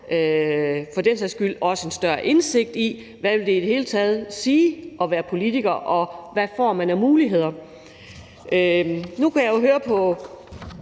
for den sags skyld også en større indsigt i, hvad det i det hele taget vil sige at være politiker, og hvad man får af muligheder. Nu kunne jeg jo høre på